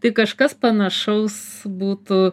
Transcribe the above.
tai kažkas panašaus būtų